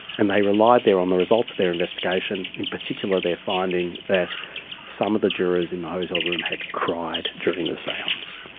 and they relied there on the results of their investigation, in particular their finding that some of the jurors in the hotel room had cried during the seance.